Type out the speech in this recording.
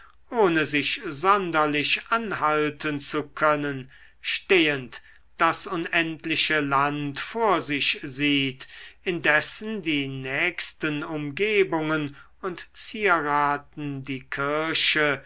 ohne sich sonderlich anhalten zu können stehend das unendliche land vor sich sieht indessen die nächsten umgebungen und zieraten die kirche